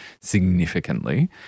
significantly